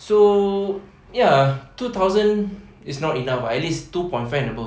so ya two thousand is not enough lah at least two point five and above